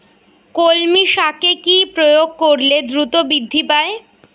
কলমি শাকে কি প্রয়োগ করলে দ্রুত বৃদ্ধি পায়?